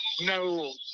No